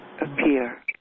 appear